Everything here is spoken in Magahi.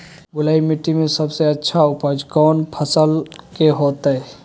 बलुई मिट्टी में सबसे अच्छा उपज कौन फसल के होतय?